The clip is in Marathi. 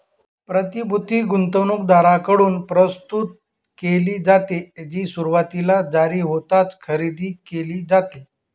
प्रतिभूती गुंतवणूकदारांकडून प्रस्तुत केली जाते, जी सुरुवातीला जारी होताच खरेदी केली जाते